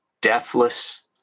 deathless